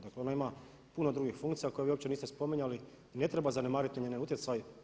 Dakle, ona ima puno drugih funkcija koje vi uopće niste spominjali i ne treba zanemariti njen utjecaj.